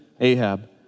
Ahab